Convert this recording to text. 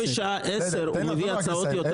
שבשעה 10:00 הוא מביא הצעות יותר